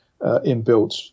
inbuilt